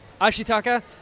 Ashitaka